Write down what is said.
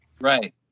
right